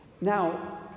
Now